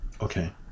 Okay